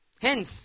Hence